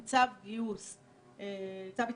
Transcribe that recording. אם אנחנו רוצים להתמודד עם הקורונה,